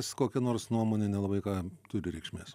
kokia nors nuomonė nelabai ką turi reikšmės